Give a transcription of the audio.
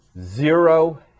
zero